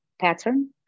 pattern